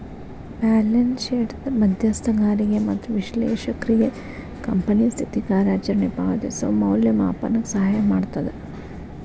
balance ಶೇಟ್ದ್ ಮಧ್ಯಸ್ಥಗಾರಿಗೆ ಮತ್ತ ವಿಶ್ಲೇಷಕ್ರಿಗೆ ಕಂಪನಿ ಸ್ಥಿತಿ ಕಾರ್ಯಚರಣೆ ಪಾವತಿಸೋ ಮೌಲ್ಯಮಾಪನಕ್ಕ ಸಹಾಯ ಮಾಡ್ತದ